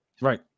Right